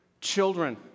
Children